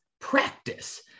practice